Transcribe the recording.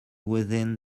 within